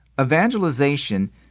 Evangelization